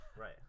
Right